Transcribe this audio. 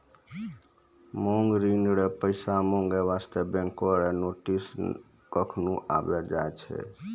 मांग ऋण रो पैसा माँगै बास्ते बैंको रो नोटिस कखनु आबि जाय छै